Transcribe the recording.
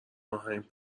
آهنگ